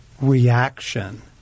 Reaction